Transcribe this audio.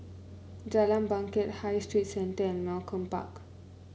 Jalan Bangket High Street Centre and Malcolm Park